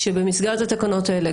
שבמסגרת התקנות האלה,